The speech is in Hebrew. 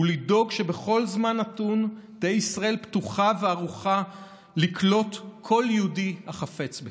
ולדאוג שבכל זמן נתון תהא ישראל פתוחה וערוכה לקלוט כל יהודי החפץ בכך.